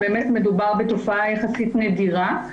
באמת מדובר בתופעה יחסית נדירה.